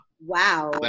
wow